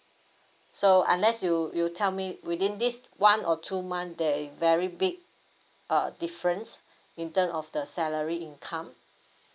so unless you you tell me within this one or two month that you very big uh difference in term of the salary income